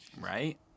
Right